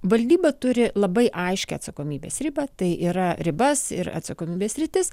valdyba turi labai aiškią atsakomybės ribą tai yra ribas ir atsakomybės sritis